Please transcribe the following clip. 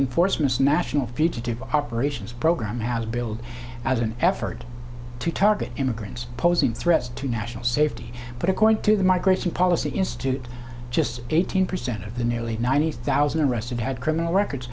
enforcement national fugitive operations program has billed as an effort to target immigrants posing threats to national safety but according to the migration policy institute just eighteen percent of the nearly ninety thousand arrested had criminal records